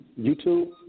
YouTube